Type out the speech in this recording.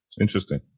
Interesting